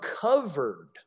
covered